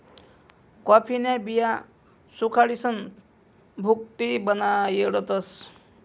कॉफीन्या बिया सुखाडीसन भुकटी बनाडतस